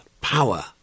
power